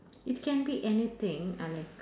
it can be anything uh like